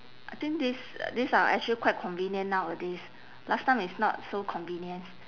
I think these uh these are actually quite convenient nowadays last time is not so convenience